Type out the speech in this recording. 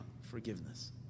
forgiveness